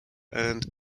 earned